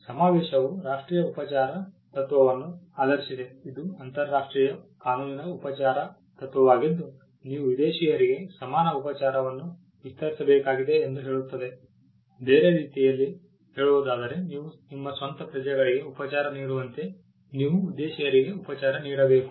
ಸಮಾವೇಶವು ರಾಷ್ಟ್ರೀಯ ಉಪಚಾರ ತತ್ವವನ್ನು ಆಧರಿಸಿದೆ ಇದು ಅಂತರರಾಷ್ಟ್ರೀಯ ಕಾನೂನಿನ ಉಪಚಾರದ ತತ್ವವಾಗಿದ್ದು ನೀವು ವಿದೇಶಿಯರಿಗೆ ಸಮಾನ ಉಪಚಾರವನ್ನು ವಿಸ್ತರಿಸಬೇಕಾಗಿದೆ ಎಂದು ಹೇಳುತ್ತದೆ ಬೇರೆ ರೀತಿಯಲ್ಲಿ ಹೇಳುವುದಾದರೆ ನೀವು ನಿಮ್ಮ ಸ್ವಂತ ಪ್ರಜೆಗಳಿಗೆ ಉಪಚಾರ ನೀಡುವಂತೆ ನೀವು ವಿದೇಶಿಯರಿಗೆ ಉಪಚಾರ ನೀಡಬೇಕು